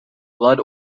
blood